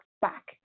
back